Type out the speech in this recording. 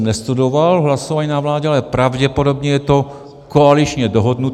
Nestudoval jsem hlasování na vládě, ale pravděpodobně je to koaličně dohodnuto.